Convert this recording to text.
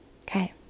Okay